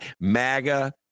MAGA